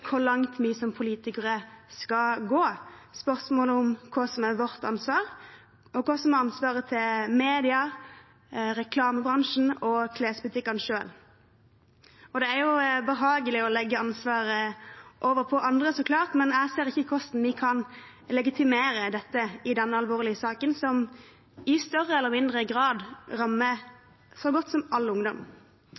hva som er vårt ansvar, og hva som er medias ansvar, reklamebransjens ansvar og klesbutikkenes ansvar. Det er så klart behagelig å legge ansvaret over på andre, men jeg ser ikke hvordan vi kan legitimere dette i denne alvorlige saken som i større eller mindre grad rammer